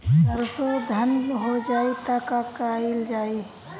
सरसो धन हो जाई त का कयील जाई?